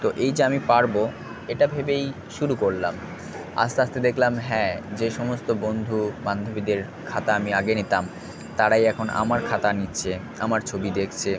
তো এই যে আমি পারবো এটা ভেবেই শুরু করলাম আস্তে আস্তে দেখলাম হ্যাঁ যে সমস্ত বন্ধু বান্ধবীদের খাতা আমি আগে নিতাম তারাই এখন আমার খাতা নিচ্ছে আমার ছবি দেখছে